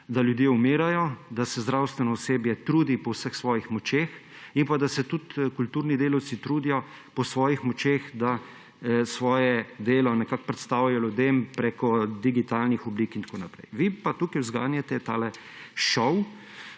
da ljudje umirajo, da se zdravstveno osebje trudi po vseh svojih močeh in da se tudi kulturni delavci trudijo po svojih močeh, da svoje delo nekako predstavijo ljudem preko digitalnih oblik in tako naprej. Vi pa zganjate tale šov